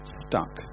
stuck